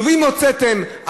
כלובים הוצאתם,